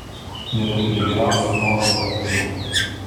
net ir prie geriausių norų negaliu